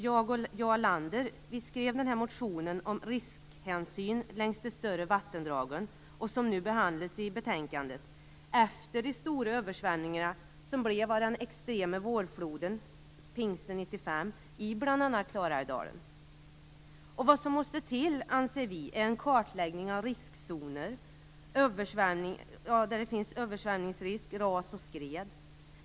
Jag och Jarl Lander skrev motionen om riskhänsyn längs de större vattendragen som behandlas i betänkandet efter de stora översvämningar som kom av den extrema vårfloden pingsten 1995 i bl.a. Klarälvdalen. Vad som måste till, anser vi, är en kartläggning av zoner längs de stora vattendragen där det finns risk för översvämning, ras och skred.